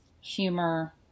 humor